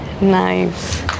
Nice